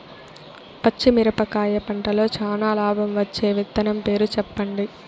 పచ్చిమిరపకాయ పంటలో చానా లాభం వచ్చే విత్తనం పేరు చెప్పండి?